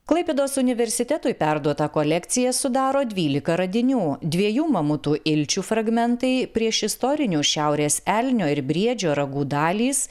klaipėdos universitetui perduotą kolekciją sudaro dvylika radinių dviejų mamutų ilčių fragmentai priešistorinių šiaurės elnio ir briedžio ragų dalys